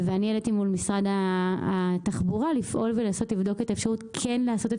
העליתי מול משרד התחבורה לפעול ולנסות לבדוק את האפשרות כן לעשות את